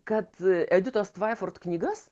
kad editos tvaiford knygas